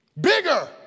bigger